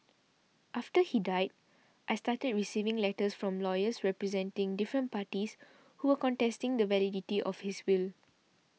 after he died I started receiving letters from lawyers representing different parties who were contesting the validity of his will